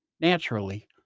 naturally